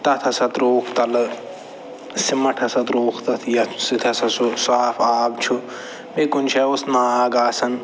تَتھ ہسا ترٛووُکھ تَلہٕ سِمَٹھ ہسا ترٛووُکھ تَتھ ییٚمہِ سۭتۍ ہسا سُہ صاف آب چھُ یا کُنہِ جایہِ اوس ناگ آسان